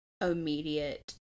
immediate